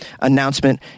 announcement